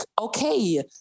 okay